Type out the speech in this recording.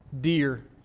dear